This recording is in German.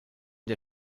der